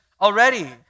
already